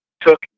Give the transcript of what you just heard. took